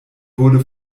wurde